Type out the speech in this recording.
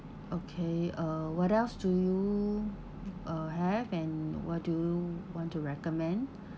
okay uh what else do you uh have and what do you want to recommend